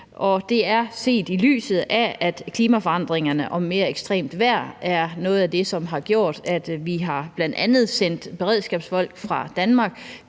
det skal ses i lyset af, at klimaforandringerne og mere ekstremt vejr er noget af det, som har gjort, at vi bl.a. har sendt beredskabsfolk fra Danmark